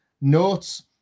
notes